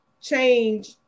change